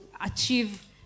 achieve